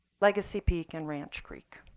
legacy peak, and ranch creek.